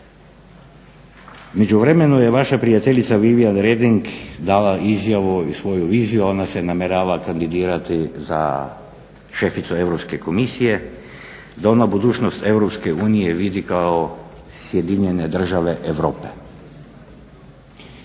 međuvremenu je vaša prijateljica Vivian Redding dala izjavu i svoju viziju, ona se namjerava kandidirati za šeficu Europske komisije, da ona budućnost EU vidi kao sjedinjene države Europe.